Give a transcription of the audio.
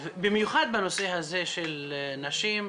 במיוחד בנושא הזה של נשים,